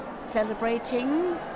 celebrating